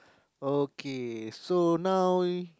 okay so now